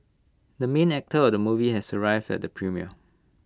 the main actor of the movie has arrived at the premiere